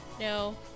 no